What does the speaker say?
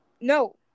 No